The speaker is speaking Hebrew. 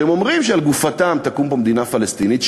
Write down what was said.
ואומרים שעל גופתם תקום פה מדינה פלסטינית,